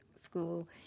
school